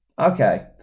Okay